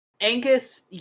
Angus